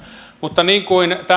mutta niin kuin